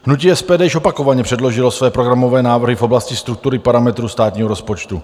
Hnutí SPD již opakovaně předložilo své programové návrhy v oblasti struktury parametrů státního rozpočtu.